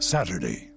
Saturday